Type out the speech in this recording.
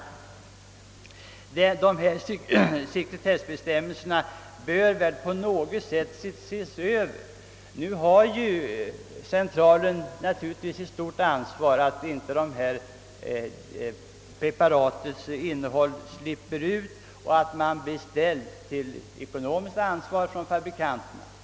Sekretessbestämmelserna bör väl på något sätt överses. Nu har centralen givetvis ett stort ansvar för att inte upplysningar om preparatens innehåll släpps ut med påföljd att man görs ekonomiskt ansvarig av fabrikanterna.